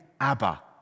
Abba